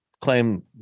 claim